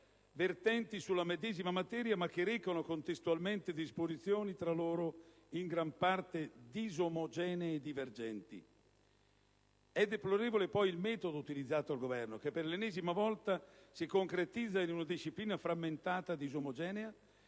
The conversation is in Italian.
vertenti sulla medesima materia, ma che recano contestualmente disposizioni tra loro in gran parte disomogenee e divergenti. È deplorevole poi il metodo utilizzato dal Governo che, per l'ennesima volta, si concretizza in una disciplina frammentata e disomogenea,